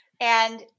And-